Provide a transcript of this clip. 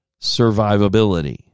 survivability